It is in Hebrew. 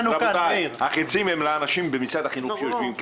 אליה .החיצים הם לאנשים במשרד החינוך שיושבים כאן.